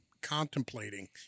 contemplating